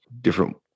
different